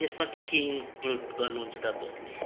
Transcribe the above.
त्यसमा के के इनक्लुड गर्नुहुन्छ तपाईँहरूले